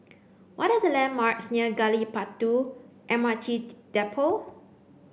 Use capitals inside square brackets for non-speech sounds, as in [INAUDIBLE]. what are the landmarks near Gali Batu M R T [UNINTELLIGIBLE] Depot